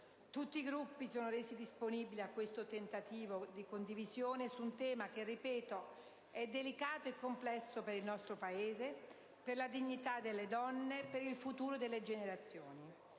Tutti i Gruppi si sono resi disponibili a questo tentativo di condivisione su un tema che - ripeto - è delicato e complesso per il nostro Paese, per la dignità delle donne e per il futuro delle generazioni.